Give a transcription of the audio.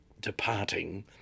departing